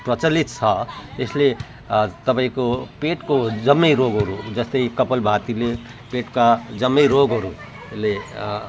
यो प्रचलित छ यसले तपाईँको पेटको जम्मै रोगहरू जस्तै कपालभातीले पेटका जम्मै रोगहरूले